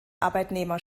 arbeitnehmer